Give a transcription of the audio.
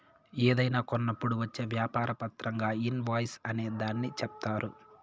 ఏదైనా కొన్నప్పుడు వచ్చే వ్యాపార పత్రంగా ఇన్ వాయిస్ అనే దాన్ని చెప్తారు